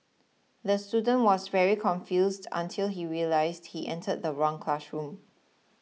the student was very confused until he realised he entered the wrong classroom